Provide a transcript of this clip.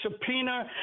subpoena